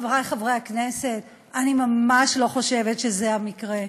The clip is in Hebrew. חברי חברי הכנסת, אני ממש לא חושבת שזה המקרה.